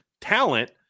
talent